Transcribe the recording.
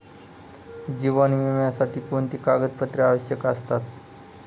जीवन विम्यासाठी कोणती कागदपत्रे आवश्यक असतात?